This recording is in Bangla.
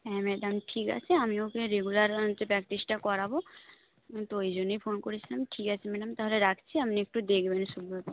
হ্যাঁ ম্যাডাম ঠিক আছে আমি ওকে রেগুলার হচ্ছে প্র্যাক্টিসটা করাব তো ওই জন্যই ফোন করেছিলাম ঠিক আছে ম্যাডাম তাহলে রাখছি আপনি একটু দেখবেন সুব্রত